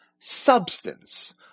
substance